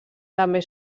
també